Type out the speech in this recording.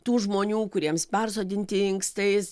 tų žmonių kuriems persodinti inkstai